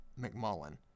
McMullen